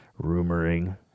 Rumoring